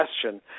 question